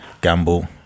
gamble